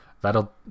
that'll